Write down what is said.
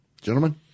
Gentlemen